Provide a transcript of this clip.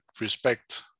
respect